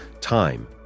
time